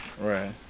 Right